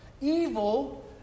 Evil